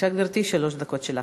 דקות.